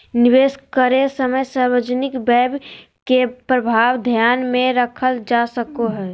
निवेश करे समय सार्वजनिक व्यय के प्रभाव ध्यान में रखल जा सको हइ